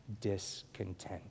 discontent